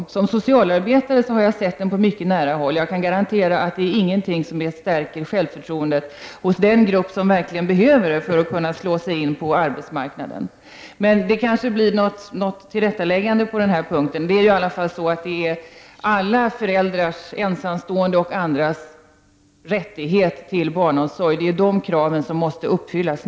Såsom socialarbetare har jag sett detta på mycket nära håll. Jag kan garantera att det inte är någonting som stärker självförtroendet hos den grupp som verkligen behöver självförtroende för att kunna slå sig in på arbetsmarknaden. Men vi kanske kan få ett tillrättaläggande på denna punkt. Alla föräldrars, ensamstående och andra, krav på barnomsorg måste nu uppfyllas.